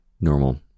normal